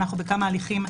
אנחנו בכמה הליכים,